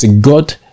God